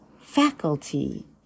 faculty